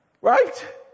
right